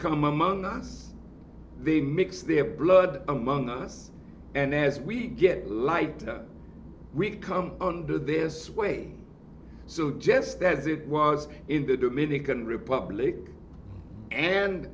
come among us they mix their blood among us and as we get lighter we come under their sway so jest as it was in the dominican republic and